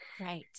Right